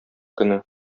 көне